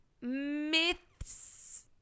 Myths